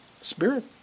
Spirit